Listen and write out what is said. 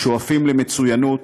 שואפים למצוינות,